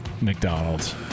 McDonald's